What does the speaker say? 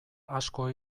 asko